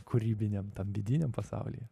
kūrybiniam tam vidiniam pasaulyje